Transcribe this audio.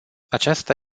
aceasta